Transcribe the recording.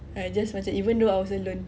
then I just macam even though I was alone